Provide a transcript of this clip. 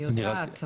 אני יודעת.